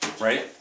Right